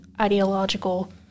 ideological